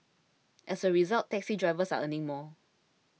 as a result taxi drivers are earning more